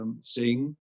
sing